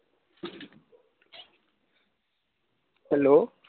hello